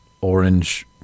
orange